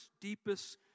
deepest